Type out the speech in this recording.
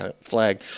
flag